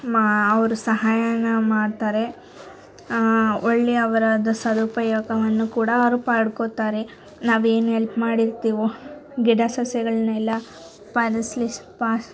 ಮಾ ಅವ್ರು ಸಹಾಯನ ಮಾಡ್ತಾರೆ ಒಳ್ಳೆಯ ಅವ್ರದು ಸದುಪಯೋಗವನ್ನು ಕೂಡ ಅವ್ರು ಪಡ್ಕೊತಾರೆ ನಾವೇನು ಎಲ್ಪ್ ಮಾಡಿರ್ತಿವೋ ಗಿಡ ಸಸಿಗಳನ್ನೆಲ್ಲಾ ಪಾಲಿಸಲಿ ಪಾ